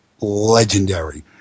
legendary